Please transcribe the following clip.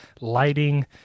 lighting